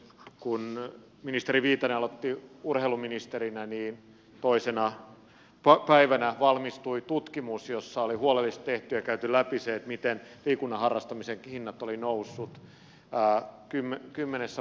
kun ministeri viitanen aloitti urheiluministerinä niin toisena päivänä valmistui tutkimus jossa oli huolellisesti tehty ja käyty läpi se miten liikunnan harrastamisen hinnat olivat nousseet